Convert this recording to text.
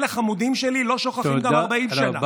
אלה, חמודים שלי, לא שוכחים גם 40 שנה.